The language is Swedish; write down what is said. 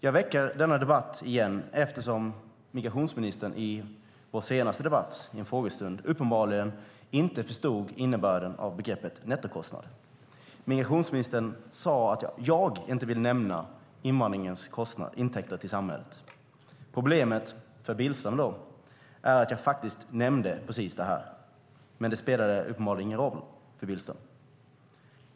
Jag väcker denna debatt igen eftersom migrationsministern i vår senaste debatt, en frågestund, uppenbarligen inte förstod innebörden av begreppet nettokostnad. Migrationsministern sade att jag inte vill nämna invandringens intäkter för samhället. Problemet för Billström är att jag då nämnde precis det här, men det spelade uppenbarligen ingen roll för Billström.